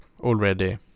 already